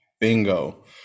Bingo